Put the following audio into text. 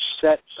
set